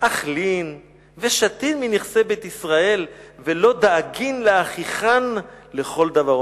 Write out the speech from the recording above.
"אכלין ושתין מנכסי בית ישראל ולא דאגין לאחיכן לכול דבר,